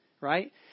right